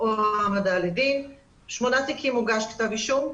או העמדה לדין, בשמונה תיקים הוגש כתב אישום,